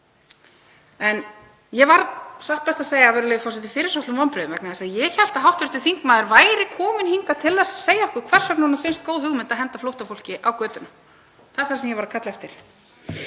En ég varð satt best að segja, virðulegi forseti, fyrir svolitlum vonbrigðum vegna þess að ég hélt að hv. þingmaður væri kominn hingað til að segja okkur hvers vegna honum finnst góð hugmynd að henda flóttafólki á götuna. Það var það sem ég var að kalla eftir.